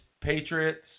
Patriots